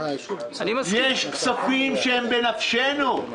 יש כספים שהם בנפשנו.